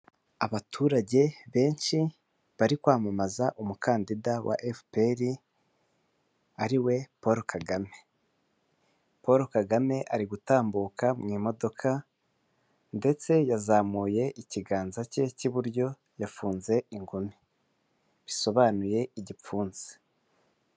Abaturage benshi bari kwamamaza umukandida wa FPR ariwe Paul Kagame ,Paul Kagame ari gutambuka mu modoka, ndetse yazamuye ikiganza cye cy'iburyo yafunze ingumi, bisobanuye igipfunsi.